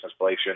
inflation